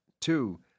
two